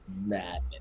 madness